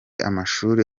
amashuri